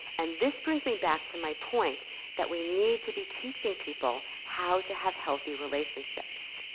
and this brings me back to my point that we need to be teaching people how to have healthy relationships.